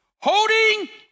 holding